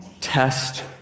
test